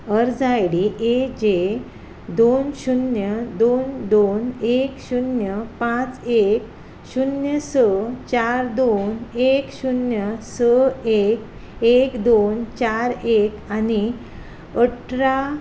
अर्ज I D हाजे दोन शुन्य दोन दोन एक शुन्य पांच एक शुन्य स चार दोन एक शुन्य स एक एक दोन चार एक आनी अठरा